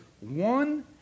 one